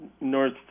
North